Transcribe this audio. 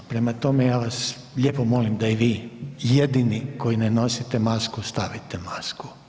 Prema tome ja vas lijepo molim da i vi jedini koji ne nosite masku stavite masku.